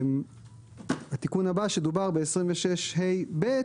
התיקון הבא שדובר ב-26(ה)(ב),